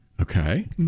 Okay